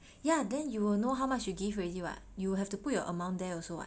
ya then you will know how much you give already [what] you will have to put your amount there also [what]